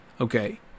Okay